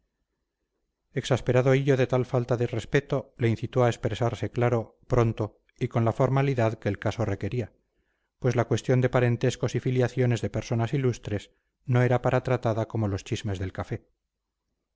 impertinente exasperado hillo de tal falta de respeto le incitó a expresarse claro pronto y con la formalidad que el caso requería pues la cuestión de parentescos y filiaciones de personas ilustres no era para tratada como los chismes de café